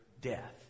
death